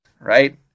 right